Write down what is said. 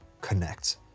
connect